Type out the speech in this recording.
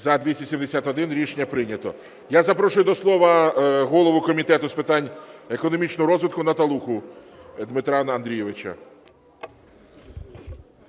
За-271 Рішення прийнято. Я запрошую до слова голову Комітету з питань економічного розвитку Наталуху Дмитра Андрійовича.